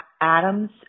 Adams